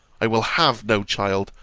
i will have no child,